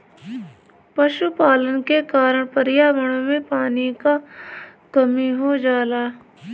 पशुपालन के कारण पर्यावरण में पानी क कमी हो जाला